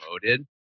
promoted